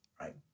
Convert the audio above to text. Right